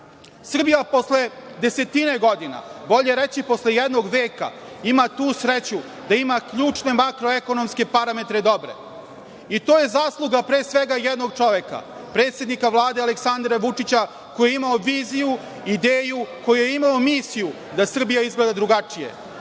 posle desetine godina, bolje reći posle jednog veka ima tu sreću da ima ključne makroekonomske parametre dobre i to je zasluga pre svega jednog čoveka, predsednika Vlade Aleksandra Vučića koji je imao viziju, koji je imao misiju da Srbija izgleda drugačije. Vlada